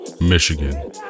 Michigan